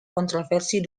controversy